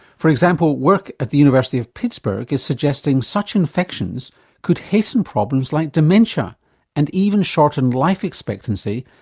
for example, work at the university of pittsburgh is suggesting such infections could hasten problems like dementia and even shorten life expectancy,